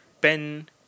Ben